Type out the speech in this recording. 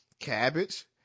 Cabbage